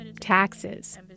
taxes